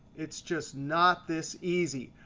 it's just not this easy.